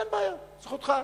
אין בעיה, זכותך.